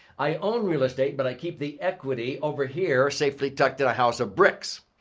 i own real estate but i keep the equity over here safely tucked in a house of bricks.